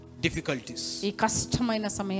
difficulties